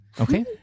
Okay